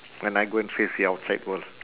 and I go and face the outside world